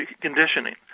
conditioning